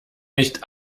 nicht